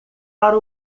para